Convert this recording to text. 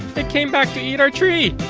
it came back to eat our tree.